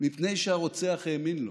מפני שהרוצח האמין לו.